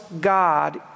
God